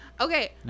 Okay